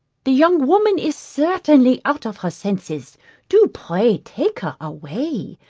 the young woman is certainly out of her senses do pray take her away,